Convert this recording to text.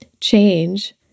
change